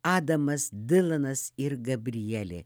adamas dilanas ir gabrielė